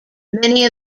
many